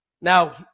Now